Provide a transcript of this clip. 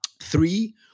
Three